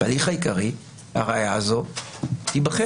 בהליך העיקרי הראיה הזו תיבחן.